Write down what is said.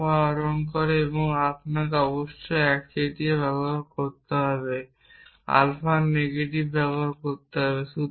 alpha আহরণ করে এবং আমাকে অবশ্যই একচেটিয়া ব্যবহার করতে হবেl আলফার নেগেটিভ ব্যবহার করতে হবে